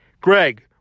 Greg